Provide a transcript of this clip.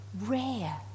rare